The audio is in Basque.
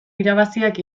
irabaziak